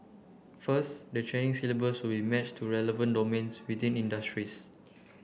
first the training syllabus will match to relevant domains within industries